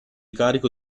carico